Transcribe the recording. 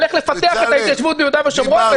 -- איך לפתח את ההתיישבות ביהודה ושומרון,